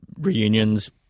Reunions